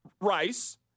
Rice